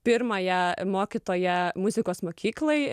pirmąją mokytoją muzikos mokykloj